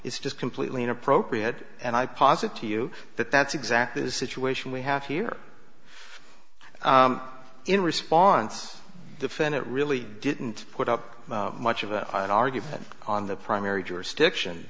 is just completely inappropriate and i posit to you that that's exactly the situation we have here in response defendant really didn't put up much of a good argument on the primary jurisdiction